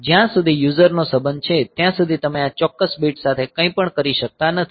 જ્યાં સુધી યુઝર નો સંબંધ છે ત્યાં સુધી તમે આ ચોક્કસ બીટ સાથે કંઈપણ કરી શકતા નથી